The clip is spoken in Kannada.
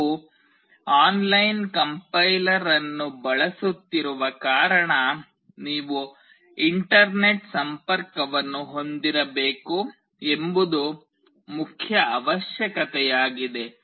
ನೀವು ಆನ್ಲೈನ್ ಕಂಪೈಲರ್ ಅನ್ನು ಬಳಸುತ್ತಿರುವ ಕಾರಣ ನೀವು ಇಂಟರ್ನೆಟ್ ಸಂಪರ್ಕವನ್ನು ಹೊಂದಿರಬೇಕು ಎಂಬುದು ಮುಖ್ಯ ಅವಶ್ಯಕತೆಯಾಗಿದೆ